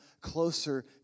closer